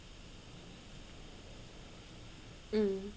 mm